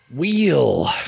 Wheel